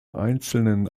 einzelnen